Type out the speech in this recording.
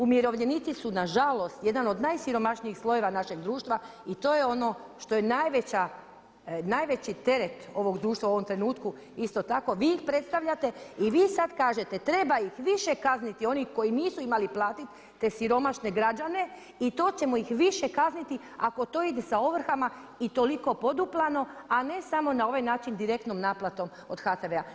Umirovljenici su nažalost su jedan od najsiromašnijih slojeva našeg društva i to je ono što je najveći teret ovog društva u ovom trenutku, isto tako vi ih predstavljate i vi sada kažete treba ih više kazniti oni koji nisu imali platiti te siromašne građane i to ćemo ih više kazniti ako to ide sa ovrhama i toliko poduplano, a ne samo na ovaj način direktnom naplatom od HTV-a.